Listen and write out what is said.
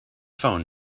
phone